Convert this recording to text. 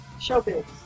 Showbiz